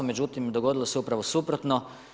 Međutim, dogodilo se upravo suprotno.